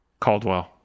caldwell